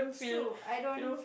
true I don't